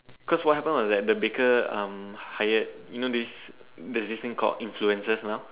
cause what happen was that the baker um hired you know this there's this thing called influencers now